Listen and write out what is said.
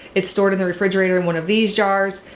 it's stored in the refrigerator in one of these jars.